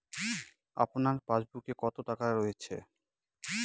আপনার পাসবুকে কত টাকা রয়েছে?